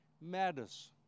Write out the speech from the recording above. matters